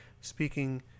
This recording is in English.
speaking